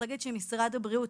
משרד הבריאות,